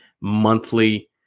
monthly